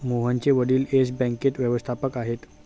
मोहनचे वडील येस बँकेत व्यवस्थापक आहेत